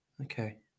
Okay